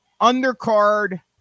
undercard